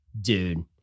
Dude